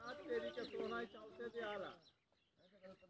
गेंहू के खेती में खाद ऐक बीघा में कते बुनब?